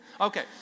Okay